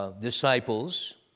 disciples